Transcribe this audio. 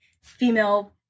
female